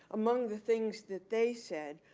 among the things that they said,